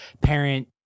parent